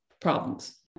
problems